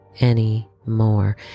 anymore